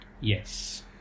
Yes